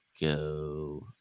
go